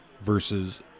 versus